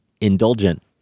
indulgent